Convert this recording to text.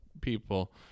people